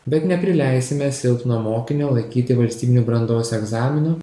bet neprileisime silpno mokinio laikyti valstybinių brandos egzaminų